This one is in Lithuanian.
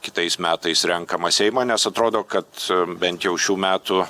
kitais metais renkamą seimą nes atrodo kad bent jau šių metų